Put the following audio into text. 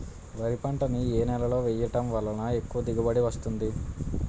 వరి పంట ని ఏ నేలలో వేయటం వలన ఎక్కువ దిగుబడి వస్తుంది?